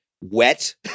wet